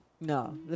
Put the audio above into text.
no